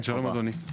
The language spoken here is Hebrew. שלום, אדוני.